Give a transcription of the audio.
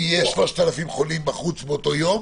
כי יש 3,000 חולים בחוץ באותו יום,